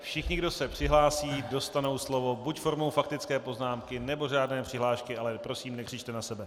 Všichni, kdo se přihlásí, dostanou slovo, buď formou faktické poznámky, nebo řádné přihlášky, ale prosím, nekřičte na sebe.